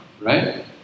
right